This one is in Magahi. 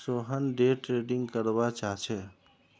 सोहन डे ट्रेडिंग करवा चाह्चे